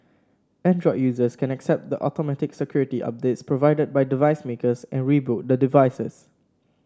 android users can accept the automatic security updates provided by device makers and reboot the devices